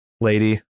lady